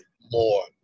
more